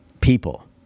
people